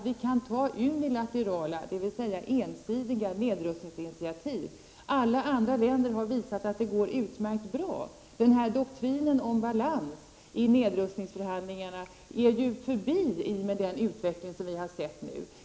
Vi kan ta unilaterala, dvs. ensidiga, nedrustningsinitiativ. Alla andra länder har visat att detta går utmärkt bra. Tiden för doktrinen om balans i nedrustningsförhandlingarna är förbi i och med den utveckling vi nu har sett.